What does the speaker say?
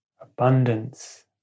abundance